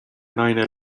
naine